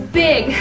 big